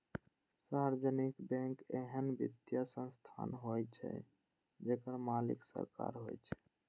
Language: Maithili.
सार्वजनिक बैंक एहन वित्तीय संस्थान होइ छै, जेकर मालिक सरकार होइ छै